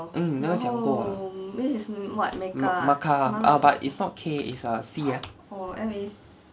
mm 讲过了 maca but it's not K is C ah